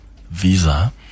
visa